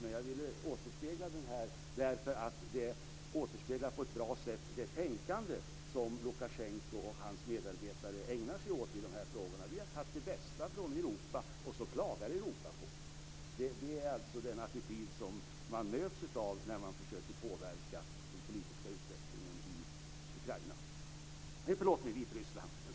Jag ville återge det här, därför att det återspeglar på ett bra sätt det tänkande som Lukasjenko och hans medarbetare ägnar sig åt i de här frågorna. Deras attityd är: Vi har tagit det bästa från Europa, och så klagar Europa på oss! Det är alltså den attityd som man möts av när man försöker påverka den politiska utvecklingen i Vitryssland.